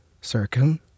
Circum